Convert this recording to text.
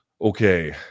okay